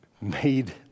made